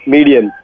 Medium